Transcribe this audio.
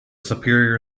superior